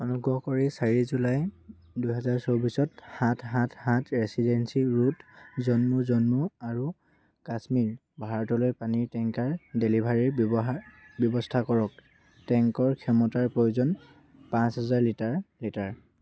অনুগ্ৰহ কৰি চাৰি জুলাই দুহেজাৰ চৌব্বিছত সাত সাত সাত ৰেচিডেন্সি ৰোড জম্মু জম্মু আৰু কাশ্মীৰ ভাৰতলৈ পানীৰ টেংকাৰ ডেলিভাৰীৰ ব্য়ৱহাৰ ব্যৱস্থা কৰক টেংকৰ ক্ষমতাৰ প্ৰয়োজন পাঁচ হেজাৰ লিটাৰ লিটাৰ